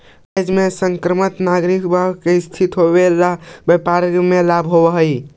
arbitrage में सकारात्मक नकदी प्रवाह के स्थिति होवे से व्यापार में लाभ होवऽ हई